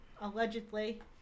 allegedly